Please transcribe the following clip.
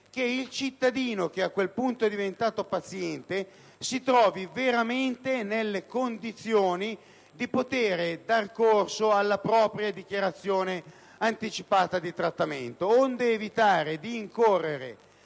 che il cittadino - che a quel punto è diventato paziente - si trovi nelle condizioni di poter dare corso alla propria dichiarazione anticipata di trattamento, onde evitare di incorrere